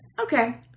Okay